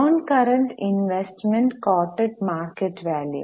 non current investment quoted market value